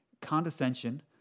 Condescension